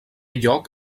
lloc